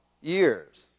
years